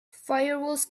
firewalls